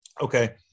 Okay